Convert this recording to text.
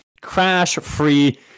crash-free